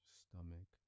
stomach